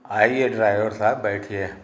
आइए ड्राइवर साहब बैठिए